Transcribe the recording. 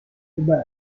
musica